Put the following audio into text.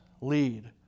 lead